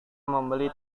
membeli